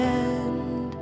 end